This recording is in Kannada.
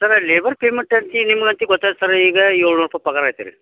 ಸರ್ ಲೇಬರ್ ಪೇಮೆಂಟ್ ಅಂತ ನಿಮ್ಗೆ ಅಂತೂ ಗೊತ್ತೈತೆ ಸರ್ ಈಗ ಏಳ್ನೂರು ರೂಪಾಯಿ ಪಗಾರ ಐತ್ರಿ